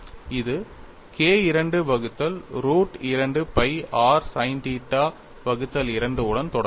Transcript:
இது K II வகுத்தல் root 2 pi r sin θ 2 உடன் தொடர்புடையது